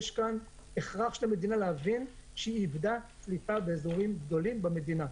יש כאן הכרח של המדינה להבין שהיא איבדה שליטה באזורים גדולים במדינה.